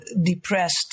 depressed